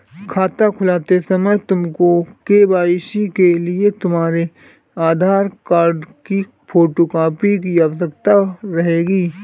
खाता खुलवाते समय तुमको के.वाई.सी के लिए तुम्हारे आधार कार्ड की फोटो कॉपी की आवश्यकता रहेगी